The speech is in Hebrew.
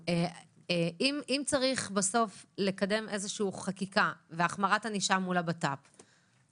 פנים, אז בואו נקדם את זה ביחד.